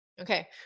Okay